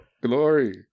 Glory